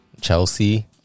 Chelsea